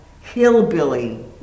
hillbilly